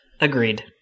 Agreed